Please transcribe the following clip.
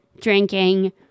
drinking